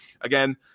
again